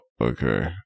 okay